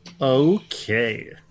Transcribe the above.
Okay